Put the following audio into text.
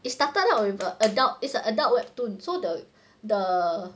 it started out with a adult is an adult webtoon so the the